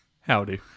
Howdy